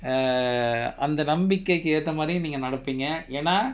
err அந்த நம்பிக்கைக்கு ஏத்த மாரி நீங்க நடப்பிங்க ஏன்னா:antha nambikaiku etha maari neenga nadapinga yaenna